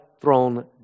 throne